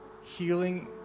healing